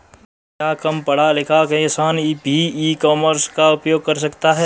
क्या कम पढ़ा लिखा किसान भी ई कॉमर्स का उपयोग कर सकता है?